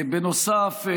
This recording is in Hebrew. בנוסף,